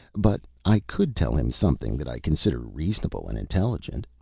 but i could tell him something that i consider reasonable and intelligent.